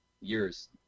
years